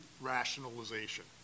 rationalization